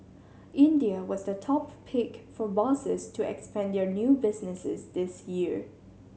India was the top pick for bosses to expand their new businesses this year